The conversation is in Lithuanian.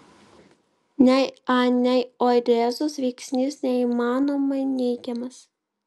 nei a nei o rezus veiksnys neįmanomai neigiamas